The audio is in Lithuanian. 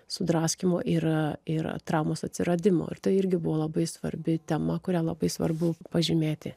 sudraskymo ir ir traumos atsiradimo ir tai irgi buvo labai svarbi tema kurią labai svarbu pažymėti